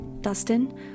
Dustin